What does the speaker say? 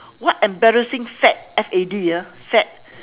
what embarrassing fad F A D ah fad